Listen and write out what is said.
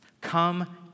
Come